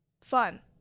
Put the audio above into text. fun